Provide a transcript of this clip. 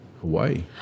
Hawaii